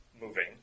moving